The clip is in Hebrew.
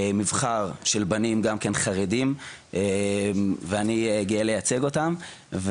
גם כן מבחר של בנים חרדים ואני גאה לייצג אותם.